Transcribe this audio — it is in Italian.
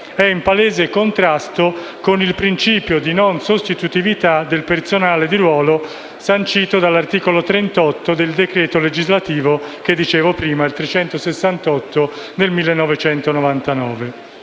è in palese contrasto con il principio di non sostituibilità del personale di ruolo, sancito dall'articolo 38 del citato decreto legislativo n. 368 del 1999.